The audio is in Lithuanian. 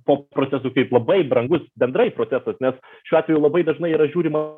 po procesų kaip labai brangus bendrai procesas nes šiuo atveju labai dažnai yra žiūrima